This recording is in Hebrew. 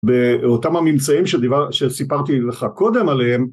באותם הממצאים שסיפרתי לך קודם עליהם